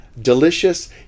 delicious